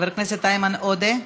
חבר הכנסת איימן עודה,